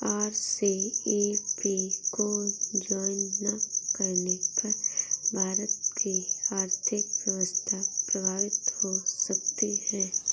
RCEP को join ना करने पर भारत की आर्थिक व्यवस्था प्रभावित हो सकती है